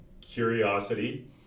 Curiosity